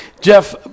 Jeff